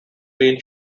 been